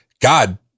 God